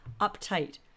uptight